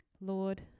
lord